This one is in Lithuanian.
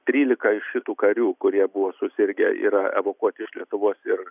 trylika iš šitų karių kurie buvo susirgę yra evakuoti iš lietuvos ir